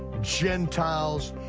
gentiles,